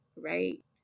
right